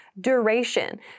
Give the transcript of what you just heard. duration